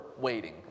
waiting